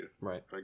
Right